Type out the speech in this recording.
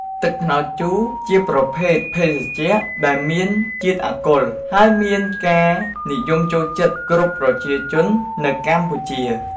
ទឹកត្នោតជូរជាប្រភេទភេសជ្ជៈដែលមានជាតិអាល់កុល ហើយមានការនិយមចូលចិត្តគ្រប់ប្រជាជននៅកម្ពុជា។